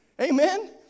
Amen